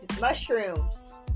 Mushrooms